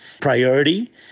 priority